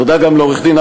תודה.